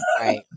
right